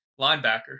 linebacker